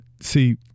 see